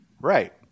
Right